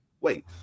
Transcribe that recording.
wait